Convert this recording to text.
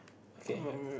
okay